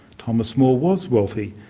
thomas more was wealthy,